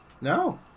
No